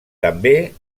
també